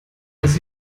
als